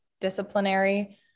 disciplinary